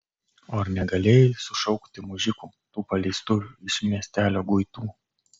o ar negalėjai sušaukti mužikų tų paleistuvių iš miestelio guitų